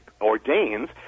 ordains